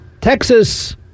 Texas